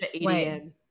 wait